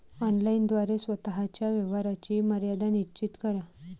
online द्वारे स्वतः च्या व्यवहाराची मर्यादा निश्चित करा